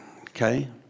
Okay